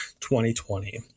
2020